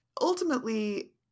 Ultimately